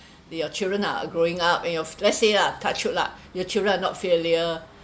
your children are growing up and your let's say lah touch wood lah your children are not filial